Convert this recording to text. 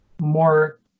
more